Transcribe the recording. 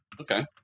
Okay